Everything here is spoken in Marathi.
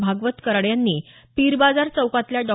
भागवत कराड यांनी पीर बाजार चौकातल्या डॉ